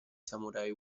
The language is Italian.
samurai